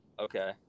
Okay